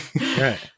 Right